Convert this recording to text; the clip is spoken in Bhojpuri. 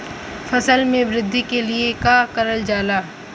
फसल मे वृद्धि के लिए का करल जाला?